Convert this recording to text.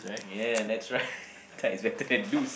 yeah that's right tight is better than loose